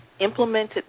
implemented